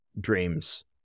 dreams